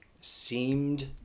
seemed